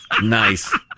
Nice